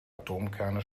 atomkerne